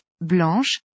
blanche